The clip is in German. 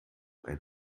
ein